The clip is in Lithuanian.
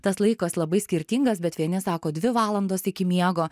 tas laikas labai skirtingas bet vieni sako dvi valandos iki miego